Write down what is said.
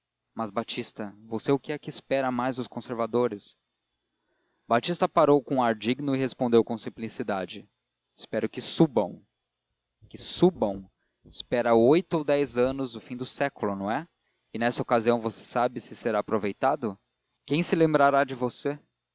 mas batista você o que é que espera mais dos conservadores batista parou com um ar digno e respondeu com simplicidade espero que subam que subam espera oito ou dez anos o fim do século não é e nessa ocasião você sabe se será aproveitado quem se lembrará de você